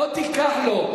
לא תיקח לו.